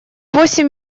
восемь